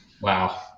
Wow